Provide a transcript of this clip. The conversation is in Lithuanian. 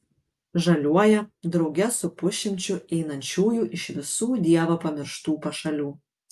žaliuoja drauge su pusšimčiu einančiųjų iš visų dievo pamirštų pašalių